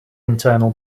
internal